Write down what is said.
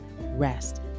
rest